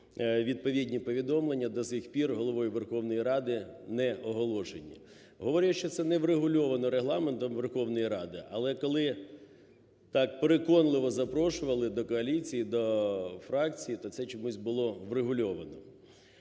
відповідні повідомлення до сих пір Головою Верховної Ради не оголошені. Говорять, що це не врегульовано Регламентом Верховної Ради, але коли так переконливо запрошувати до коаліції, до фракції, то це чомусь було врегульовано.